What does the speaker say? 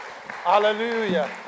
Hallelujah